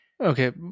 Okay